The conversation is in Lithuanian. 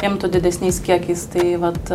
imtų didesniais kiekiais tai vat